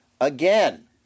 Again